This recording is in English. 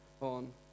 on